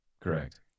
Correct